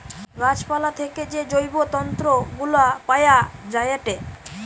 গাছ পালা থেকে যে জৈব তন্তু গুলা পায়া যায়েটে